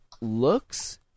looks